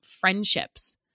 friendships